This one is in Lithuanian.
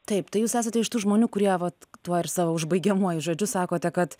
taip tai jūs esate iš tų žmonių kurie vat tuo ir savo užbaigiamuoju žodžiu sakote kad